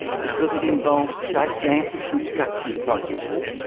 because it involves gigantic construction projects.